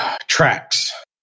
tracks